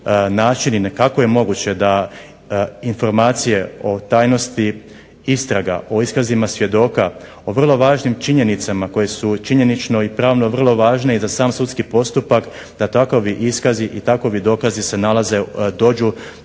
način i kako je moguće da informacije o tajnosti istraga o iskazima svjedoka o vrlo važnim činjenicama koje su činjenično i pravno vrlo važe i za sam sudski postupak da takvi iskazi i takvi dokazi se